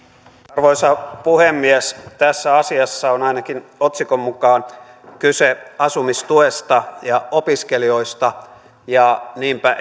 arvoisa puhemies tässä asiassa on ainakin otsikon mukaan kyse asumistuesta ja opiskelijoista ja niinpä